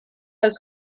has